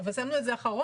אבל הצבנו את זה אחרון,